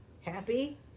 Happy